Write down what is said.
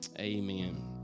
amen